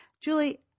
Julie